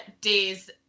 days